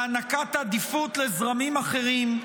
להענקת עדיפות לזרמים אחרים,